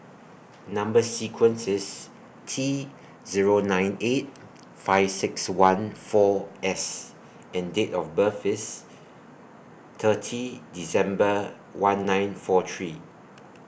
Number sequence IS T Zero nine eight five six one four S and Date of birth IS thirty December one nine four three